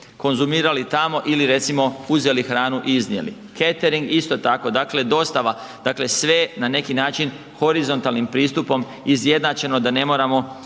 konzumirali tamo ili recimo uzeli hranu i iznijeli. Catering isto tako, dostava dakle sve na neki način horizontalnim pristupom izjednačeno da ne moramo